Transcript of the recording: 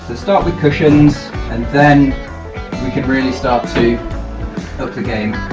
start with cushions and then we can really start so you know